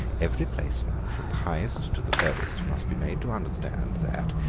every placeman, from the highest to the lowest, must be made to understand that,